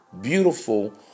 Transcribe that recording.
beautiful